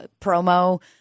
promo